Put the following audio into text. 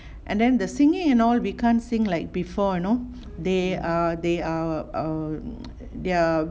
and then the singing and all we can't sing like before you know they err they are err there're